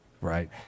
Right